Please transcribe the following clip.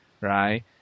right